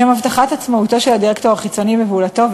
לשם הבטחת עצמאותו של הדירקטור החיצוני בפעולתו,